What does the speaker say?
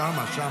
שם, שם.